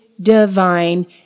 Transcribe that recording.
divine